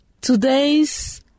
Today's